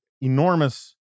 enormous